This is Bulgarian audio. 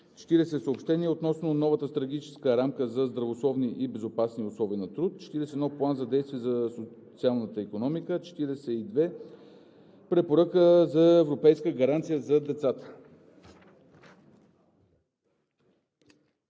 40. Съобщение относно нова стратегическа рамка за здравословни и безопасни условия на труд. 41. План за действие за социалната икономика. 42. Препоръка за европейска гаранция за децата.